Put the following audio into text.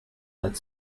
that